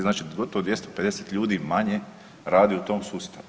Znači gotovo 250 ljudi manje radi u tom sustavu.